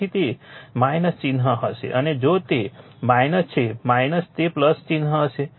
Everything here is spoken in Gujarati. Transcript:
તેથી તે ચિહ્ન હશે અને જો તે છે તે ચિહ્ન હશે